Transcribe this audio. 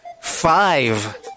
Five